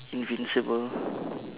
invincible